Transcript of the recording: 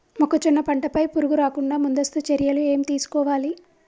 మొక్కజొన్న పంట పై పురుగు రాకుండా ముందస్తు చర్యలు ఏం తీసుకోవాలి?